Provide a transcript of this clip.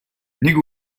нэг